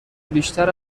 بیشتر